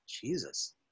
Jesus